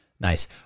nice